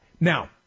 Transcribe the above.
Now